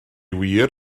wir